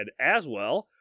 Aswell